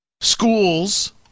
schools